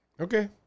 Okay